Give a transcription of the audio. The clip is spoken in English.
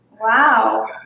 Wow